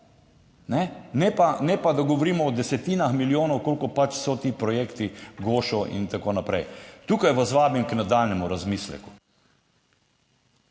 ne pa, da govorimo o desetinah milijonov, kolikor so pač ti projekti GOŠO in tako naprej. Tukaj vas vabim k nadaljnjemu razmisleku.